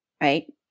right